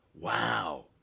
Wow